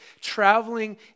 traveling